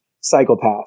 psychopath